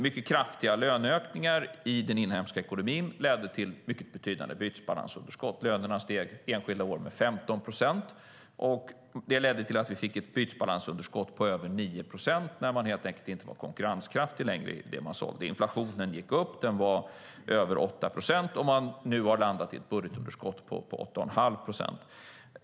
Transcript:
Mycket kraftiga löneökningar i den inhemska ekonomin ledde till betydande bytesbalansunderskott. Lönerna steg enskilda år med 15 procent. Det ledde till ett bytesbalansunderskott på över 9 procent när man helt enkelt inte var konkurrenskraftig längre i det man sålde. Inflationen gick upp; den var över 8 procent. Nu har man landat i ett budgetunderskott på 8,5 procent.